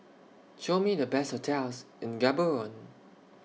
Show Me The Best hotels in Gaborone